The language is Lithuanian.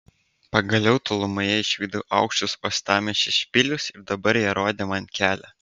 pagaliau tolumoje išvydau aukštus uostamiesčio špilius ir dabar jie rodė man kelią